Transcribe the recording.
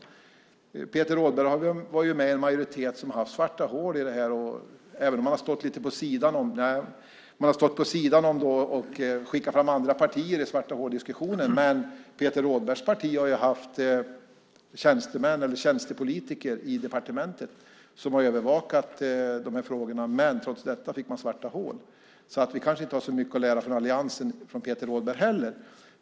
Och Peter Rådbergs parti har ju tillhört en majoritet som har haft svarta hål här, även om man har stått vid sidan om och skickat fram andra partier i svarta-hål-diskussionen. Men Peter Rådbergs parti har ju haft tjänstepolitiker i departementen som övervakat de här frågorna. Trots detta fick man svarta hål, så vi från alliansen kanske inte har så mycket att lära av Peter Rådberg.